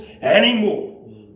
anymore